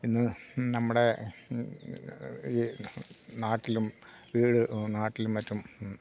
ഇന്ന് നമ്മുടെ ഈ നാട്ടിലും വീട് നാട്ടിലും മറ്റും